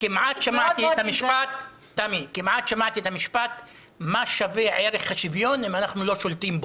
כמעט שמעתי את המשפט: מה שווה ערך השוויון אם אנחנו לא שולטים בו.